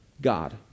God